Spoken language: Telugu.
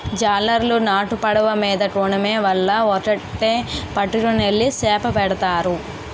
జాలరులు నాటు పడవ మీద కోనేమ్ వల ఒక్కేటి పట్టుకెళ్లి సేపపడతారు